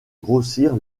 grossir